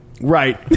Right